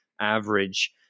average